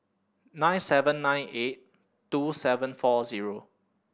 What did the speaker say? nine seven nine eight two seven four zero